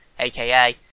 AKA